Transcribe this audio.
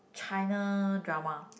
China drama